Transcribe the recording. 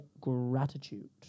gratitude